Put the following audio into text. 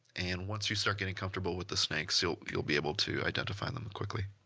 and once you start getting comfortable with the snakes you'll you'll be able to identify them quickly.